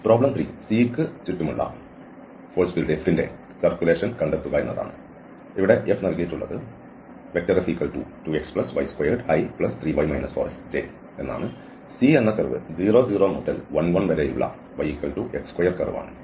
problem 3 Cക്ക് ചുറ്റുമുള്ള F ന്റെ സർക്കുലേഷൻ കണ്ടെത്തുക എന്നതാണ് ഇവിടെ ഇത് F നൽകുകയും C എന്നത് 00 മുതൽ 11 വരെയുള്ള yx2 കർവ് ആണ്